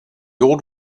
old